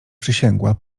przysięgła